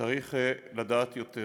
צריך לדעת יותר